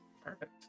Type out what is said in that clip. Perfect